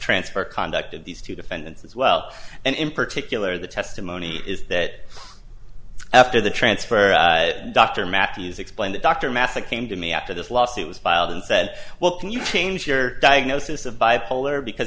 transfer conduct of these two defendants as well and in particular the testimony is that after the transfer dr matthews explain that dr massey came to me after this lawsuit was filed and said well can you change your diagnosis of bipolar because